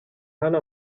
hano